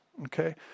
Okay